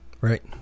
Right